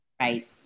right